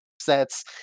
sets